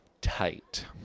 Tight